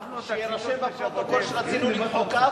שיירשם בפרוטוקול שרצינו למחוא כף,